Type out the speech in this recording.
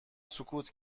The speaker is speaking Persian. سکوت